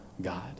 God